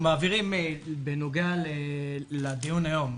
בנוגע לדיון היום,